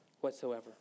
whatsoever